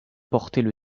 portaient